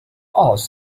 ask